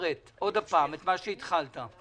את מה שהתחלת.